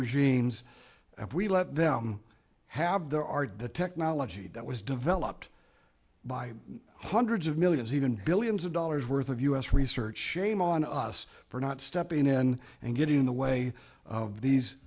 regimes and we let them have their art the technology that was developed by hundreds of millions even billions of dollars worth of us research team on us for not stepping in and getting in the way of these